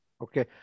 Okay